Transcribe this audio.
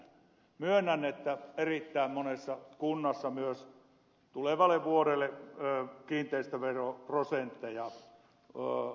myönnän että erittäin monessa kunnassa myös tulevalle vuodelle kiinteistöveroprosentteja nostetaan